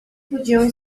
podiam